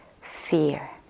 fear